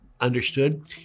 understood